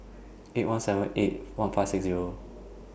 eight one seven eight one five six Zero